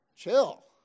Chill